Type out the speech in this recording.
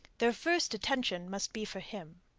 their first attention must be for him.